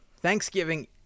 Thanksgiving